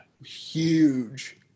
Huge